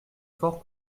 fort